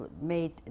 made